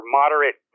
moderate